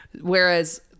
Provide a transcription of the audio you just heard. whereas